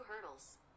hurdles